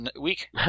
week